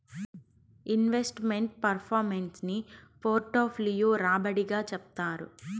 invest meant performance ని portfolio రాబడి గా చెప్తారు